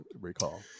recall